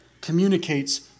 communicates